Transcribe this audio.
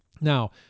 now